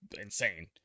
insane